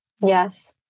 Yes